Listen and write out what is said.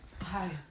hi